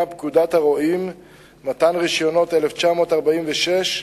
פקודת הרועים (מתן רשיונות) מ-1946,